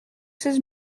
seize